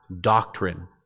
doctrine